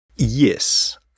Yes